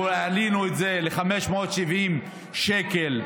העלינו את זה ל-570 שקל,